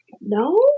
No